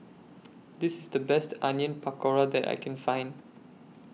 This IS The Best Onion Pakora that I Can Find